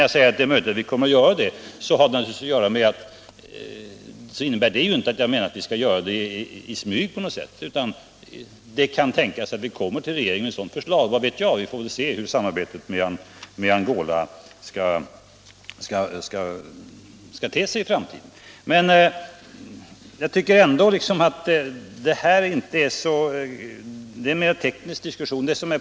Jag menar alltså att det inte på något sätt skall ske i smyg. Det kan tänkas att vi framlägger ett sådant förslag för regeringen. Vi får se hur samarbetet med Angola kommer att te sig i framtiden. Jag tycker ändå att detta är mer än en teknisk diskussion.